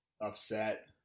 upset